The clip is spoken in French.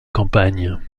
campagne